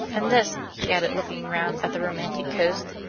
and this, he added, looking round at the romantic coast,